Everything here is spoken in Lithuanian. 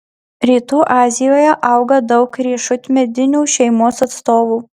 rytų azijoje auga daug riešutmedinių šeimos atstovų